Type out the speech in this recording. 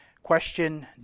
Question